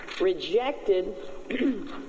rejected